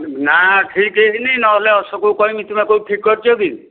ନା ଠିକ ହୋଇନି ନହେଲେ ଅଶୋକକୁ କହିବି ତୁମେ କୋଉଠି ଠିକ କରିଛି କି